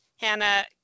Hannah